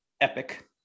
epic